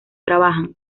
trabajan